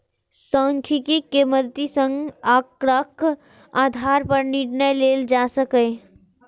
सांख्यिकी के मदति सं आंकड़ाक आधार पर निर्णय लेल जा सकैए